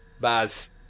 Baz